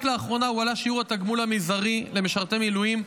רק לאחרונה הועלה שיעור התגמול המזערי למשרתי מילואים,